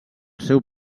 seu